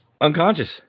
unconscious